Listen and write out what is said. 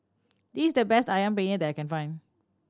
this is the best Ayam Penyet that I can find